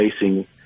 facing